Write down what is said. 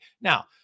now